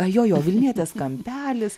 jo jo vilnietės kampelis